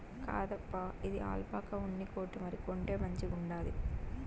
కాదప్పా, ఇది ఆల్పాకా ఉన్ని కోటు మరి, కొంటే మంచిగుండాది